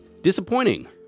Disappointing